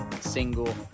single